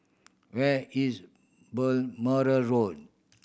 where is Balmoral Road